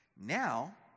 Now